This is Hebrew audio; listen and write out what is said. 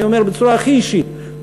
אני אומר בצורה הכי אישית,